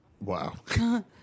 Wow